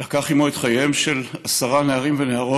לקח עימו את חייהם של עשר נערות